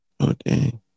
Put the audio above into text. Okay